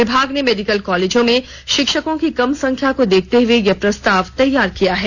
विभाग ने मेडिकल कॉलेजों में शिक्षकों की कम संख्या को देखते हुए यह प्रस्ताव तैयार किया है